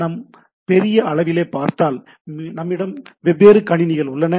நாம் பெரிய அளவிலே பார்த்தால் நம்மிடம் வெவ்வேறு கணினிகள் உள்ளன